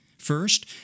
First